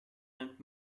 nimmt